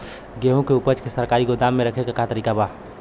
गेहूँ के ऊपज के सरकारी गोदाम मे रखे के का तरीका बा?